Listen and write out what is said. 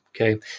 Okay